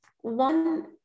one